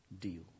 deal